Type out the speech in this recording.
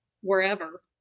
wherever